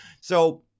So-